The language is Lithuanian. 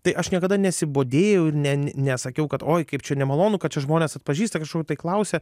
tai aš niekada nesibodėjau ir ne nesakiau kad oi kaip čia nemalonu kad čia žmonės atpažįsta kažkur tai klausia